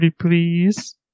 please